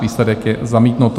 Výsledek je: zamítnuto.